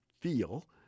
feel